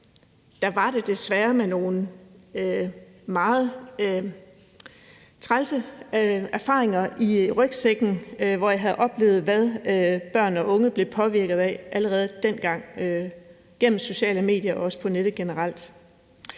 var det desværre med nogle meget trælse erfaringer i rygsækken, for jeg havde oplevet, hvad børn og unge blev påvirket af allerede dengang gennem sociale medier og også på nettet generelt.